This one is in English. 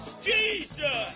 Jesus